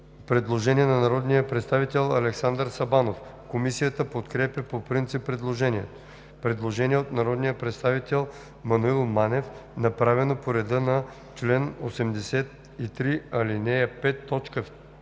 Предложение на народния представител Александър Сабанов. Комисията подкрепя по принцип предложението. Предложение от народния представител Маноил Манев, направено по реда на чл. 83, ал. 5,